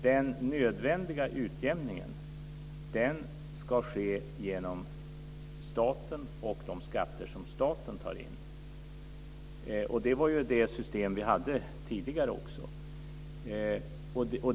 Den nödvändiga utjämningen ska ske genom staten och de skatter som staten tar in. Det var det system som vi hade tidigare.